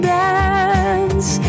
dance